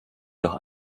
doch